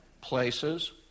places